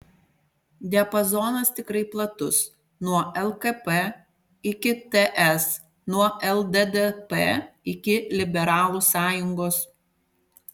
diapazonas tikrai platus nuo lkp iki ts nuo lddp iki liberalų sąjungos